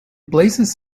places